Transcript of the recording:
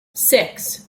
six